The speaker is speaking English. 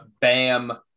Bam